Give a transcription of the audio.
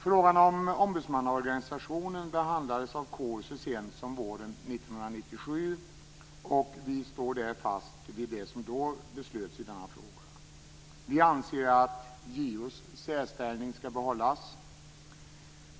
Frågan om ombudsmannaorganisationen behandlades av KU så sent som våren 1997. Vi står där fast vid det som då beslöts i denna fråga. Vi anser att JO:s särställning skall behållas.